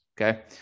Okay